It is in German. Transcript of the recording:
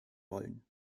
wollen